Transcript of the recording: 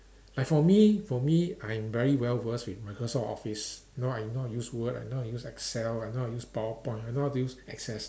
like for me for me I am very well versed with Microsoft Office you know I know how to use Word I know how to use Excel I know how to use PowerPoint I know how to use Access